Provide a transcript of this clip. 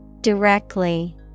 Directly